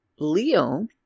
Leo